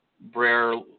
Br'er